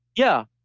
yeah.